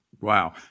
Wow